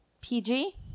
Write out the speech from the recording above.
PG